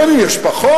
לפעמים יש פחות,